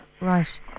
Right